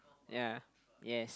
ya yes